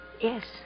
Yes